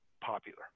popular